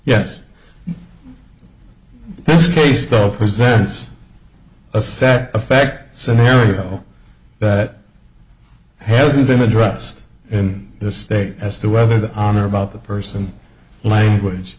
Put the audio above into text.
yes this case go presents a set effect scenario that hasn't been addressed in the state as to whether the honor about the person language